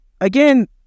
Again